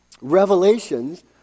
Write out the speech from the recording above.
Revelations